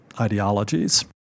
ideologies